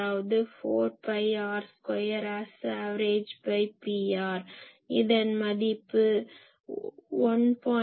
அதாவது 4 pi r2 × Sav Pr இதன் மதிப்பு 1